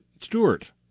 Stewart